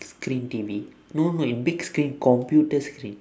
screen T_V no no in big screen computer screen